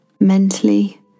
mentally